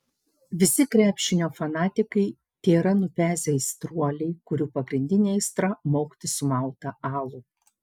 visi krepšinio fanatikai tėra nupezę aistruoliai kurių pagrindinė aistra maukti sumautą alų